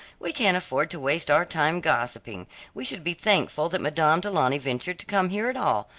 we can't afford to waste our time gossiping we should be thankful that madame du launy ventured to come here at all,